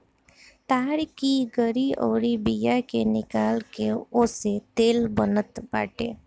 ताड़ की गरी अउरी बिया के निकाल के ओसे तेल बनत बाटे